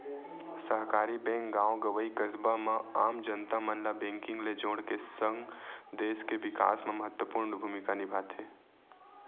सहकारी बेंक गॉव गंवई, कस्बा म आम जनता मन ल बेंकिग ले जोड़ के सगं, देस के बिकास म महत्वपूर्न भूमिका निभाथे